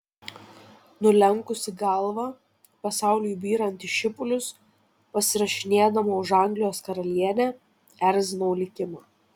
nulenkusi galvą pasauliui byrant į šipulius pasirašinėdama už anglijos karalienę erzinau likimą